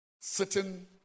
sitting